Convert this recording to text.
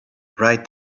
right